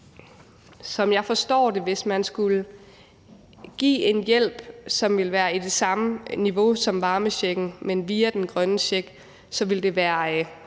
Som jeg forstår det: Hvis man skulle give en hjælp, som ville være i det samme niveau som varmechecken, men via den grønne check, så ville det være